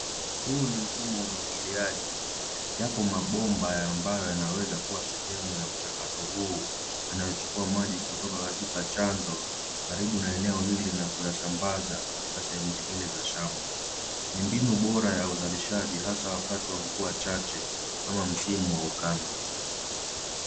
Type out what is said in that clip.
Huu ni mfumo wa umwagiliaji. Yapo mabomba ambayo yanaweza kuwa sehemu ya mchakato huu yanayochukua maji kutoka katika chanzo karibu na eneo hili na kuyasambaza katika sehemu zingine za shamba. Ni mbinu bora ya uzalishaji hasa wakati wa mvua chache ama msimu wa ukame.